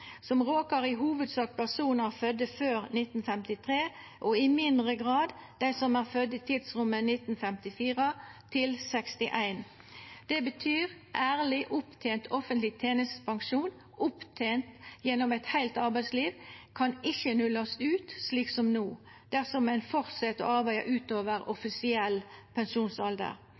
i hovudsak råkar personar som er fødde før 1953, og i mindre grad dei som er fødde i tidsrommet 1954 til 1961. Det betyr at ærleg opptent offentleg tenestepensjon, opptent gjennom eit heilt arbeidsliv, ikkje kan nullast ut, slik som no, dersom ein fortset å arbeida utover offisiell pensjonsalder.